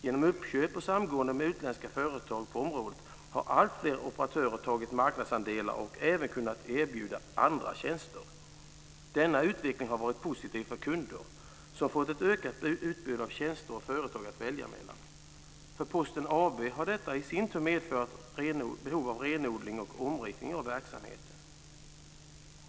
Genom uppköp och samgående med utländska företag på området har alltfler operatörer tagit marknadsandelar och även kunnat erbjuda andra tjänster. Denna utveckling har varit positiv för kunderna som fått ett ökat utbud av tjänster och företag att välja mellan. För Posten AB har detta i sin tur medfört behov av renodling och omriktning av verksamheten.